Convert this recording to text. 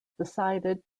decided